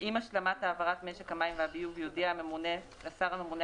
עם השלמת העברת משק המים והביוב יודיע הממונה לשר הממונה